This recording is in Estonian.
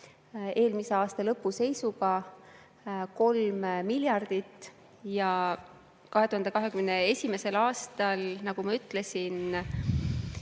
eelmise aasta lõpu seisuga 3 miljardit. 2021. aastal, nagu ma ütlesin,